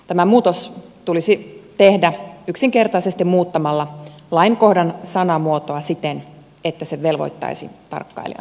tämä muutos tulisi tehdä yksinkertaisesti muuttamalla lainkohdan sanamuotoa siten että se velvoittaisi tarkkailijan määräämiseen